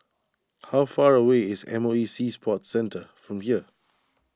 how far away is M O E Sea Sports Centre from here